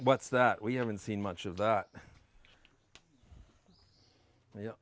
what's that we haven't seen much of that